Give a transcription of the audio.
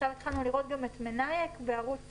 עכשיו התחלנו לראות גם את "מנאייכ" בערוץ